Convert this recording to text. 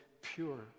pure